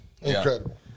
Incredible